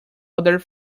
other